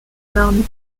marne